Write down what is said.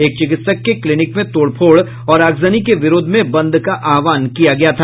एक चिकित्सक के क्लिनिक में तोड़ फोड़ और अगजनी के विरोध में बंद का आहवान किया गया था